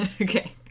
Okay